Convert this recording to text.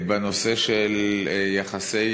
בנושא של יחסי